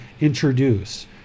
introduce